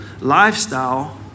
lifestyle